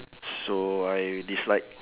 so I dislike